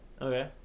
Okay